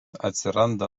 atsiranda